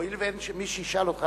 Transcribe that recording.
הואיל ואין מי שישאל אותך,